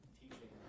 teaching